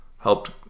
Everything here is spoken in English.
helped